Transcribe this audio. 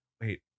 wait